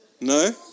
No